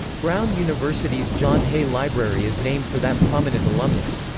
brown university's john hay library is named for that prominent alumnus.